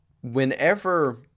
whenever